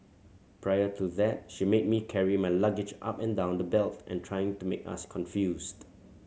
prior to that she made me carry my luggage up and down the belt and trying to make us confused